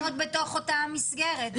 אבל הן מתקיימות בתוך אותה המסגרת.